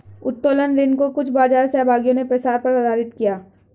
उत्तोलन ऋण को कुछ बाजार सहभागियों ने प्रसार पर आधारित किया